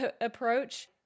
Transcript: approach